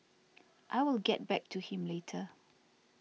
I will get back to him later